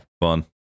Fun